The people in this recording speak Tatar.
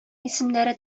исемнәре